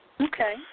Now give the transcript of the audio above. Okay